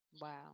Wow